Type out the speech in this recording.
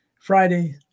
Friday